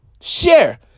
Share